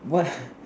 what